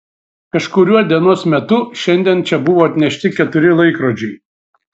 kažkuriuo dienos metu šiandien čia buvo atnešti keturi laikrodžiai